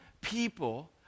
people